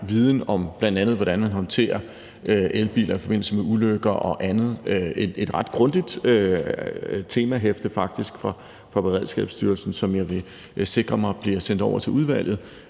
viden om bl.a., hvordan man håndterer elbiler i forbindelse med ulykker og andet. Det er faktisk et ret grundigt temahæfte fra Beredskabsstyrelsen, som jeg vil sikre mig bliver sendt over til udvalget,